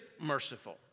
merciful